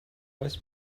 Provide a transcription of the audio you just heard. oes